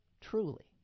truly